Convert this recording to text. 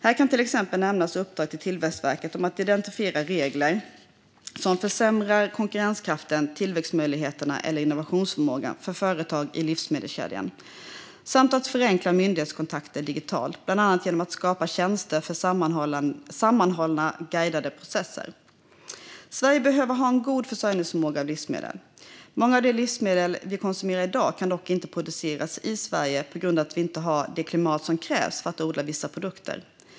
Här kan till exempel nämnas uppdrag till Tillväxtverket om att identifiera regler som försämrar konkurrenskraften, tillväxtmöjligheterna eller innovationsförmågan för företag i livsmedelskedjan samt att förenkla myndighetskontakter digitalt, bland annat genom att skapa tjänster för sammanhållna guidade processer. Sverige behöver ha en god försörjningsförmåga när det gäller livsmedel. Många av de livsmedel vi konsumerar i dag kan dock inte produceras i Sverige på grund av att vi inte har det klimat som krävs för att odla vissa produkter.